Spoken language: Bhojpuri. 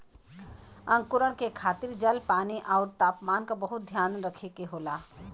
अंकुरण के खातिर जल, पानी आउर तापमान क बहुत ध्यान रखे के होला